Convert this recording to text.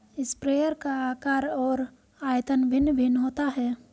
sprayer का आकार और आयतन भिन्न भिन्न होता है